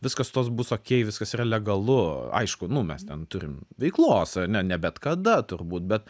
viskas tas bus okei viskas yra legalu aišku nu mes ten turim veiklos ane ne bet kada turbūt bet